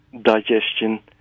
digestion